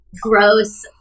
Gross